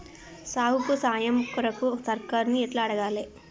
సాగుకు సాయం కొరకు సర్కారుని ఎట్ల అడగాలే?